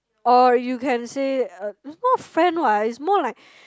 or you can say uh it's not friend what it's more like